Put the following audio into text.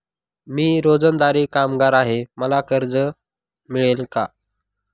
मी रोजंदारी कामगार आहे मला कर्ज मिळेल का?